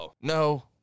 No